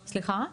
שלה.